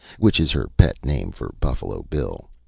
which is her pet name for buffalo bill.